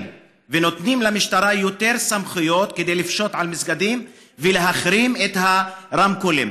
ונותנים למשטרה יותר סמכויות לפשוט על מסגדים ולהחרים את הרמקולים.